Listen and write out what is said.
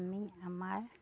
আমি আমাৰ